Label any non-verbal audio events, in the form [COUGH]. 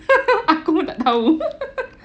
[LAUGHS] aku pun tak tahu